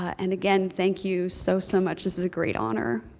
and again, thank you so so much. this is a great honor.